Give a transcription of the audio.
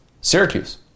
Syracuse